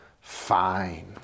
fine